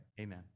Amen